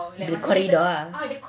the corridor ah